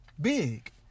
big